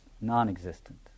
non-existent